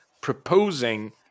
proposing